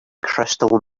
crystal